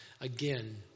Again